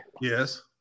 Yes